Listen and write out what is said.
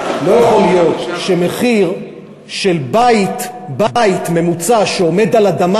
לא יכול להיות שמחיר של בית ממוצע שעומד על אדמה